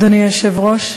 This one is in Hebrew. אדוני היושב-ראש,